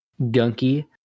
gunky